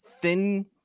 thin